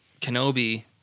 Kenobi